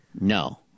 No